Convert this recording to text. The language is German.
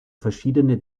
verschiedene